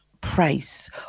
price